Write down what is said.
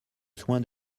soin